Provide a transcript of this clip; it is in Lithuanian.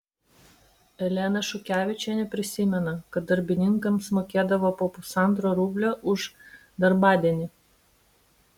elena šukevičienė prisimena kad darbininkams mokėdavo po pusantro rublio už darbadienį